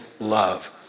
love